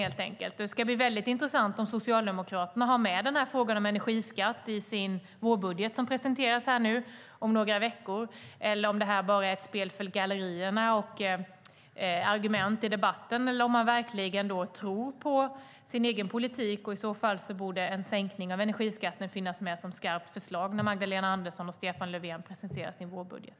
Det ska bli väldigt intressant att se om Socialdemokraterna har med frågan om energiskatt i sin vårbudget som presenteras om några veckor, om det bara är ett spel för gallerierna och argument i debatten eller om man verkligen tror på sin egen politik. I så fall borde en sänkning finnas med som skarpt förslag när Magdalena Andersson och Stefan Löfven presenterar sin vårbudget.